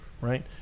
right